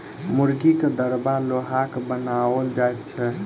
मुर्गीक दरबा लोहाक बनाओल जाइत छै